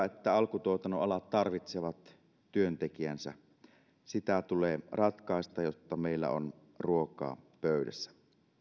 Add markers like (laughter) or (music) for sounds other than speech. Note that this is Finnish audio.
(unintelligible) että alkutuotannon alat tarvitsevat työntekijänsä asia tulee ratkaista jotta meillä on ruokaa pöydässä